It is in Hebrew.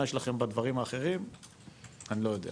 מה יש לכם בדברים האחרים אני לא יודע,